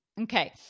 Okay